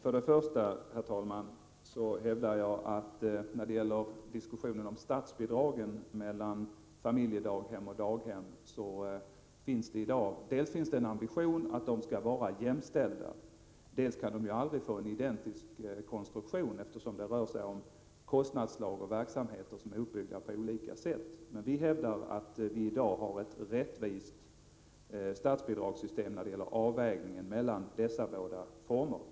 Herr talman! När det gäller diskussionen om statsbidragen till familjedaghem och kommunala daghem förhåller det sig på följande sätt: dels finns det en ambition att bidragen skall vara jämställda, dels kan de aldrig få en identisk konstruktion, eftersom det rör sig om skilda kostnadsslag och om verksamheter som är uppbyggda på olika sätt. Men vi hävdar att det i dag finns ett rättvist statsbidragssystem i fråga om avvägningen mellan dessa båda former av daghem.